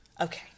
Okay